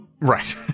Right